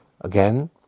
Again